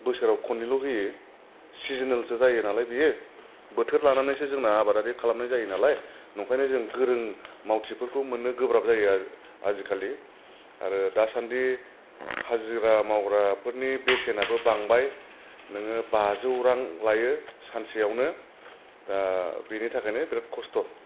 बोसोराव खननैल' होयो सिजनेलसो जायो नालाय बियो बोथोर लानानैसो जोंना आबादारि खालामनाय जायो नालाय नंखायनो जों गोरों मावथिफोरखौ मोननो गोब्राब जायो आजिखालि आरो दासान्दि हाजिरा मावग्राफोरनि बेसेनाबो बांबाय नोङो बाजौ रां लायो सानसेयावनो दा बिनि थाखायनो बेराद खस्थ'